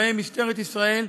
ובהם משטרת ישראל,